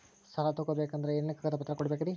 ಸಾಲ ತೊಗೋಬೇಕಂದ್ರ ಏನೇನ್ ಕಾಗದಪತ್ರ ಕೊಡಬೇಕ್ರಿ?